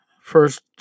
First